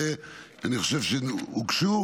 אני חושב שהוגשו.